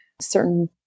certain